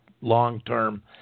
long-term